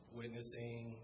witnessing